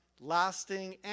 lasting